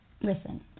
listen